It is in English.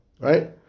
Right